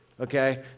okay